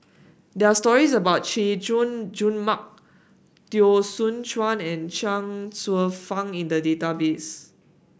there are stories about Chay Jung Jun Mark Teo Soon Chuan and Chuang Hsueh Fang in the database